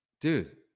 Dude